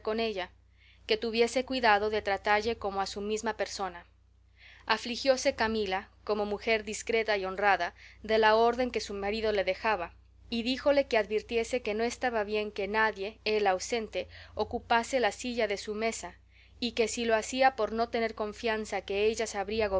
que tuviese cuidado de tratalle como a su mesma persona afligióse camila como mujer discreta y honrada de la orden que su marido le dejaba y díjole que advirtiese que no estaba bien que nadie él ausente ocupase la silla de su mesa y que si lo hacía por no tener confianza que ella sabría